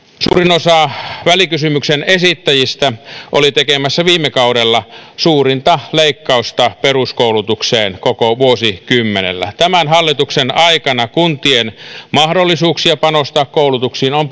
osa välikysymyksen esittäjistä oli tekemässä viime kaudella suurinta leikkausta peruskoulutukseen koko vuosikymmenellä tämän hallituksen aikana kuntien mahdollisuuksia panostaa koulutukseen on